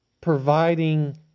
providing